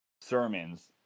sermons